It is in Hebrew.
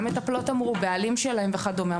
גם מטפלות וגם הבעלים שלהם וכדומה,